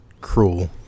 cruel